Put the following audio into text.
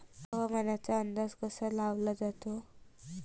हवामानाचा अंदाज कसा लावला जाते?